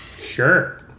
Sure